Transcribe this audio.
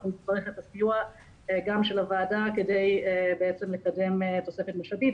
אנחנו נצטרך את הסיוע גם של הוועדה כדי בעצם לקדם תוספת משאבית.